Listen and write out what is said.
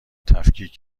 تفکیک